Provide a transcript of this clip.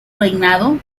reinado